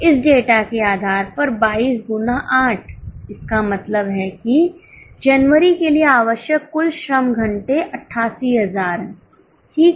इस डेटा के आधार पर 22 गुना 8 इसका मतलब है कि जनवरी के लिए आवश्यक कुल श्रम घंटे 88000 हैं ठीक